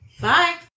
Bye